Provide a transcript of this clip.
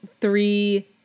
three